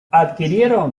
adquirieron